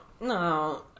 no